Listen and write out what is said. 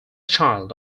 child